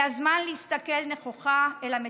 זה הזמן להסתכל נכוחה אל המציאות.